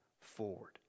forward